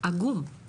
זה